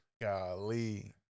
Golly